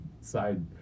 side